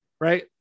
right